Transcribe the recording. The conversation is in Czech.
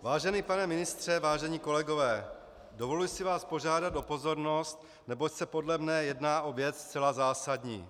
Vážený pane ministře, vážení kolegové, dovoluji si vás požádat o pozornost, neboť se podle mě jedná o věc zcela zásadní.